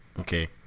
Okay